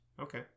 Okay